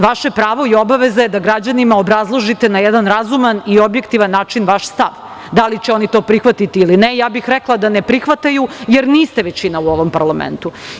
Vaše pravo i obaveza je da građanima obrazložite na jedan razuman i objektivan način vaš stav, da li će oni to prihvatiti ili ne, ja bih rekla da ne prihvataju, jer niste većina u ovom parlamentu.